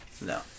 No